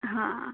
हां